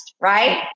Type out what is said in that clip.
right